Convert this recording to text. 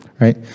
right